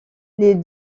les